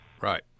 Right